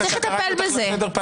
צריך לטפל בזה.